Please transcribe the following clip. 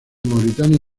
mauritania